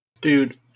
Dude